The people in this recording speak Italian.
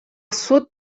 suo